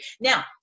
Now